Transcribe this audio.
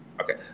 okay